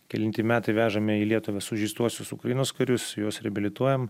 kelinti metai vežame į lietuvą sužeistuosius ukrainos karius juos reabilituojam